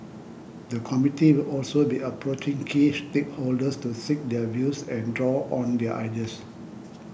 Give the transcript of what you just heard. the committee will also be approaching key stakeholders to seek their views and draw on their ideas